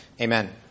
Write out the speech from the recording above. Amen